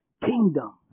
kingdom